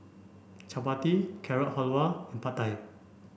Chapati Carrot Halwa and Pad Thai